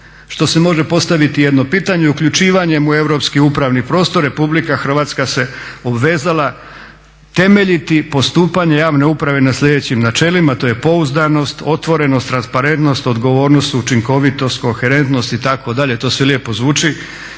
što se može postaviti jedno pitanje, uključivanjem u europski upravni prostor Republika Hrvatska se obvezala temeljiti postupanje javne uprave na sljedećim načelima. To je pouzdanost, otvorenost, transparentnost, odgovornost, učinkovitost, koherentnost itd. To sve lijepo zvuči.